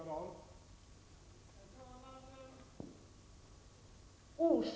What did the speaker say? Herr talman!